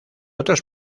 otros